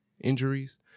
injuries